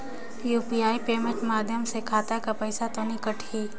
UPI payment माध्यम से खाता कर पइसा तो नी कटही?